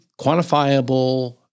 quantifiable